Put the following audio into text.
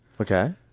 Okay